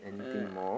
uh